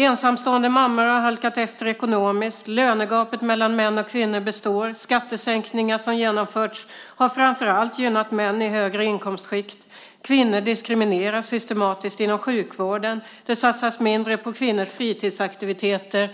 Ensamstående mammor har halkat efter ekonomiskt, lönegapet mellan män och kvinnor består, de skattesänkningar som genomförts har framför allt gynnat män i högre inkomstskikt, kvinnor diskrimineras systematiskt inom sjukvården, det satsas mindre på kvinnors fritidsaktiviteter